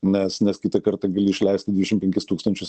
nes nes kitą kartą gali išleisti dvidešim penkis tūkstančius